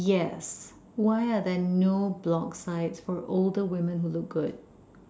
yes why are there no blog sites for older women who look good